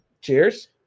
Cheers